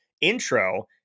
intro